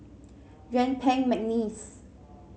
Yuen Peng McNeice